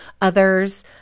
Others